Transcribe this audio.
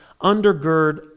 undergird